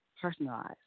personalized